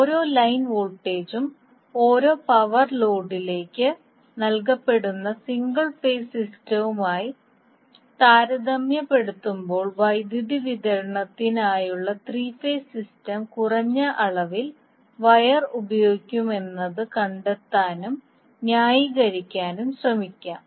ഒരേ ലൈൻ വോൾട്ടേജും ഒരേ പവർ ലോഡിലേക്ക് നൽകപ്പെടുന്ന സിംഗിൾ ഫേസ് സിസ്റ്റവുമായി താരതമ്യപ്പെടുത്തുമ്പോൾ വൈദ്യുതി വിതരണത്തിനായുള്ള ത്രീ ഫേസ് സിസ്റ്റം കുറഞ്ഞ അളവിൽ വയർ ഉപയോഗിക്കുമെന്നത് കണ്ടെത്താനും ന്യായീകരിക്കാനും ശ്രമിക്കാം